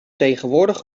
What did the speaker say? tegenwoordig